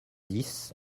dix